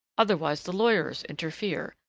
otherwise the lawyers interfere,